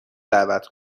دعوت